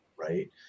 right